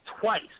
twice